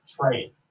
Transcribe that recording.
trade